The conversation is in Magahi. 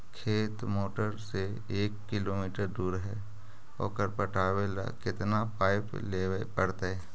खेत मोटर से एक किलोमीटर दूर है ओकर पटाबे ल केतना पाइप लेबे पड़तै?